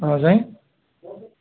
हा साईं